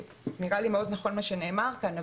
נראה לי מאוד נכון מה שנאמר כאן.